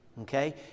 Okay